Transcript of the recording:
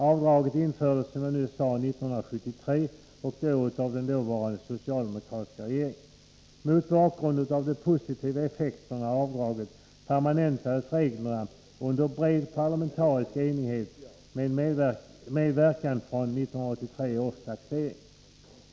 Avdraget infördes, som jag nyss sade, 1973 av den dåvarande socialdemokratiska regeringen. Mot bakgrund av de positiva effekterna av avdraget permanentades reglerna under bred parlamentarisk enighet med verkan från 1983 års taxering.